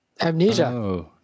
Amnesia